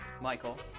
Michael